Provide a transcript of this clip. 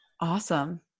Awesome